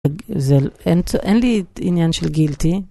אין לי עניין של גילטי.